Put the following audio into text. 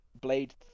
Blade